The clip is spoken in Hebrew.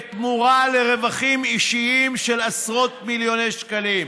בתמורה לרווחים אישיים של עשרות מיליוני שקלים.